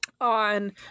on